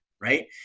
right